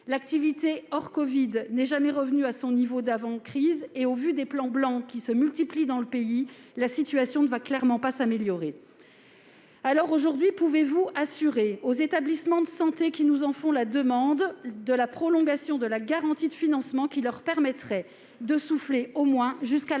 L'activité hors covid n'est jamais revenue à son niveau d'avant crise et, au vu des plans blancs qui se multiplient dans le pays, la situation ne va clairement pas s'améliorer. Aujourd'hui, pouvez-vous assurer aux établissements de santé qui nous en font la demande que vous prolongerez la garantie de financement, ce qui leur permettrait de souffler au moins jusqu'à